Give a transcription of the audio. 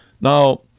Now